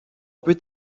peut